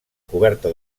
coberta